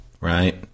Right